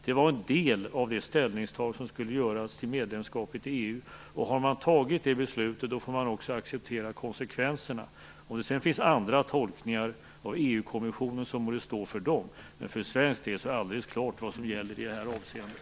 Det var en del av det ställningstagande som skulle göras till medlemskapet i EU. Har man fattat det beslutet får man också acceptera konsekvenserna. Om EU-kommissionen sedan gör andra tolkningar må det stå för den. För svensk del är det alldeles klart vad som gäller i det här avseendet.